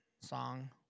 song